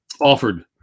offered